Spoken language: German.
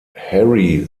harry